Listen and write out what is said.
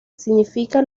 significa